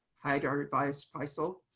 haidar advised faisal.